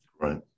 Right